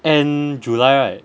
end july